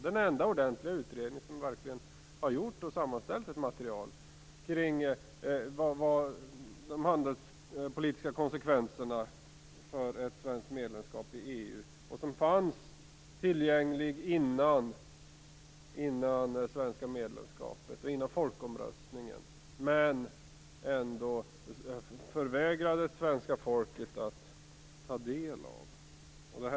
Det är den enda ordentliga utredning som verkligen har sammanställt ett material kring de handelspolitiska konsekvenserna av ett svenskt medlemskap i EU. Utredningen fanns tillgänglig innan det svenska medlemskapet och innan folkomröstningen. Men ändå förvägrades svenska folket att ta del av den.